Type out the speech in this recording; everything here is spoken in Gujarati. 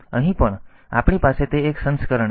તેથી અહીં પણ આપણી પાસે તે સંસ્કરણ છે